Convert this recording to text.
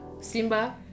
Simba